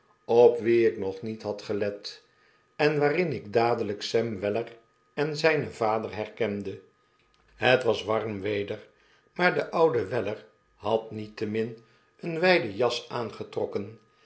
op wie ik nog niet had gelet en waarin ik dadelijk sam weller en zynen vader herkende het was warm weder maar de oude weller had niettemin een wyden jas aangetrokken